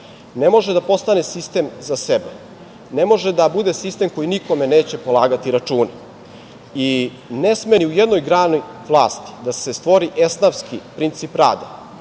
ne može da postane sistem za sebe, ne može da bude sistem koji nikome neće polagati račune. Ne sme ni u jednoj grani vlasti da se stvori esnafski princip rada,